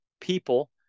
people